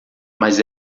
mas